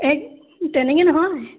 এই তেনেকৈ নহয়